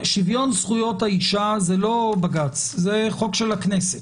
שוויון זכויות האישה זה לא בג"ץ זה חוק של הכנסת,